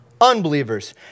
unbelievers